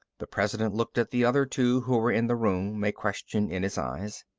the president looked at the other two who were in the room, a question in his eyes.